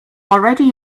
already